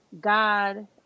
God